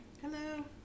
Hello